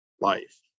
life